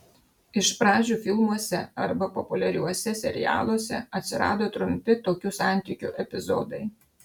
iš pradžių filmuose arba populiariuose serialuose atsirado trumpi tokių santykių epizodai